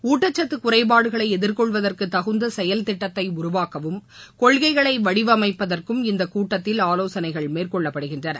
ஊட்டச்சத்து குறைபாடுகளை எதிர்கொள்வதற்கு தகுந்த செயல்திட்டத்தை உருவாக்கவும் கொள்கைகளை வடிவமைப்பதற்கும் இந்த கூட்டத்தில் ஆலோசனைகள் மேற்கொள்ளப்படுகின்றன